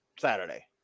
saturday